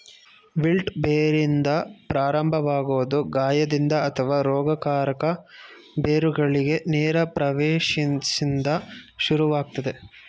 wilt ಬೇರಿಂದ ಪ್ರಾರಂಭವಾಗೊದು ಗಾಯದಿಂದ ಅಥವಾ ರೋಗಕಾರಕ ಬೇರುಗಳಿಗೆ ನೇರ ಪ್ರವೇಶ್ದಿಂದ ಶುರುವಾಗ್ತದೆ